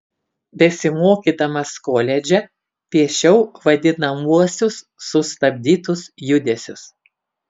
besimokydamas koledže piešiau vadinamuosius sustabdytus judesius